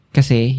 Kasi